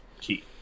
key